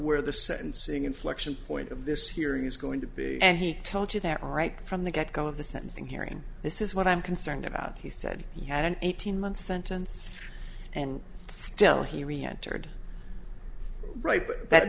where the sentencing inflection point of this hearing is going to be and he tells you that right from the get go of the sentencing hearing this is what i'm concerned about he said he had an eighteen month sentence and still he reentered right but that